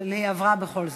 אבל היא עברה בכל זאת.